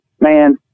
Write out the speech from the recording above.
man